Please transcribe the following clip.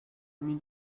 mean